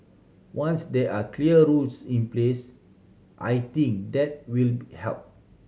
once there are clear rules in place I think that will help